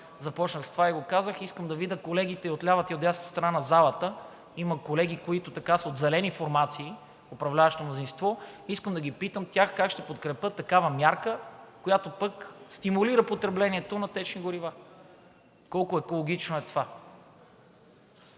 започнах с това и го казах. Искам да видя колегите и от лявата, и от дясната страна на залата, а има колеги, които са от зелени формации в управляващото мнозинство, и искам да ги питам – как ще подкрепят такава мярка, която пък стимулира потреблението на течни горива, колко екологично е това?